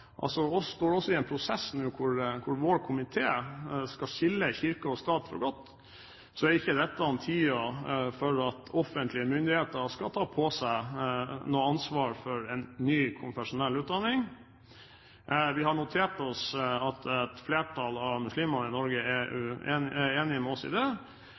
skille kirke og stat for godt, er ikke dette tiden for at offentlige myndigheter skal ta på seg noe ansvar for en ny konfesjonell utdanning. Vi har notert oss at et flertall av muslimene i Norge er enig med oss i det.